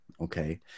okay